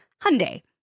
Hyundai